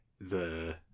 the-